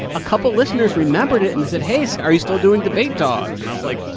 a couple listeners remembered it, and they said, hey, so are you still doing debate dogs? and i was, like,